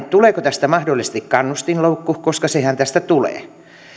tuleeko tästä mahdollisesti kannustinloukku ja sehän tästä tulee